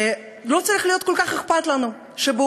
שלא צריך להיות כל כך אכפת לנו שבעולם